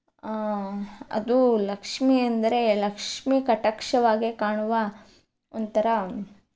ಅದು ಲಕ್ಷ್ಮಿ ಅಂದರೆ ಲಕ್ಷ್ಮಿ ಕಟಾಕ್ಷವಾಗೆ ಕಾಣುವ ಒಂಥರ